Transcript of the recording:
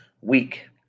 week